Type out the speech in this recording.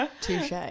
Touche